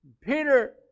Peter